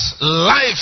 life